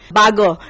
bago